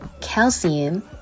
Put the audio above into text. calcium